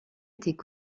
étaient